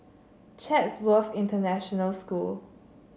Chatsworth International School